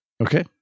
Okay